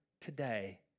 today